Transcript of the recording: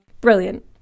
Brilliant